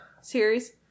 series